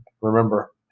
remember